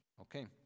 Okay